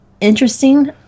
interesting